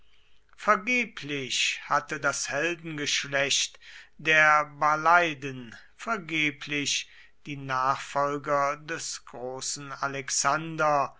vergeblich hatte das heldengeschlecht der barleiden vergeblich die nachfolger des großen alexander